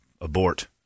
abort